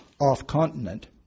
off-continent